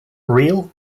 real